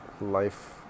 life